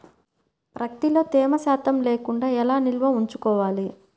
ప్రత్తిలో తేమ శాతం లేకుండా ఎలా నిల్వ ఉంచుకోవాలి?